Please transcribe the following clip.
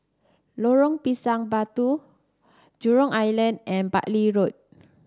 Lorong Pisang Batu Jurong Island and Bartley Road